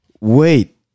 Wait